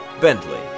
Bentley